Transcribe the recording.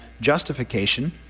justification